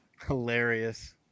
Hilarious